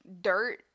dirt